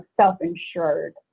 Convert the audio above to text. self-insured